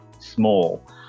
small